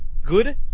good